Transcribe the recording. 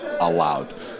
allowed